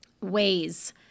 ways